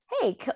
Hey